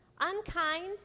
unkind